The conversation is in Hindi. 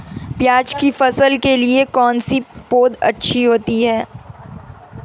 प्याज़ की फसल के लिए कौनसी पौद अच्छी होती है?